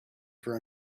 for